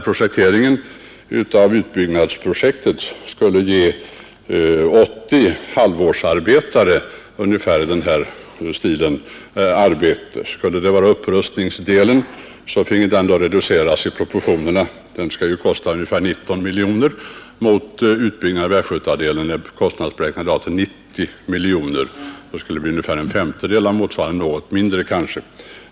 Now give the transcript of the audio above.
Projekteringen av utbyggnaden skulle ge ungefär 80 halvårsarbetare arbete. Upprustningsdelen fick reduceras i proportion härtill. Den skulle kosta ungefär 19 miljoner kronor mot utbyggnaden av västgötadelen, som i dag är kostnadsberäknad till 90 miljoner kronor. Det skulle alltså bli en femtedel härav eller kanske något mindre.